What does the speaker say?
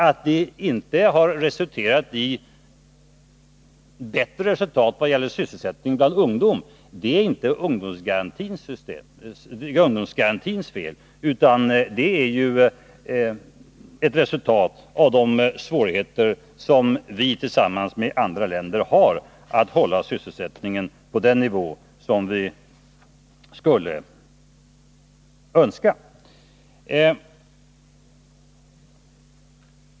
Att det inte har gett bättre resultat vad gäller sysselsättning bland ungdom är inte ungdomsgarantins fel, utan ett resultat av de svårigheter som vi tillsammans med andra länder har att hålla sysselsättningen på den nivå som vi skulle önska.